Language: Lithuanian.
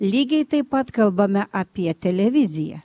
lygiai taip pat kalbame apie televiziją